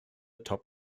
top